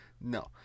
No